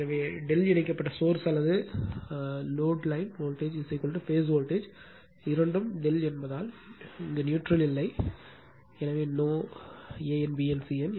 எனவே ∆ இணைக்கப்பட்ட சோர்ஸ் அல்லது load line voltage phase voltage இரண்டும் ∆ என்பதால் நியூட்ரல் இல்லை no an bn cn